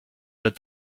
that